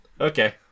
okay